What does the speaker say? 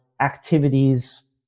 activities